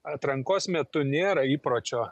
atrankos metu nėra įpročio